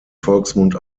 volksmund